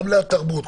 גם לתרבות,